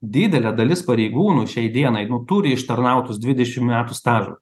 didelė dalis pareigūnų šiai dienai nu turi ištarnautus dvidešim metų stažo